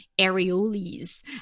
areoles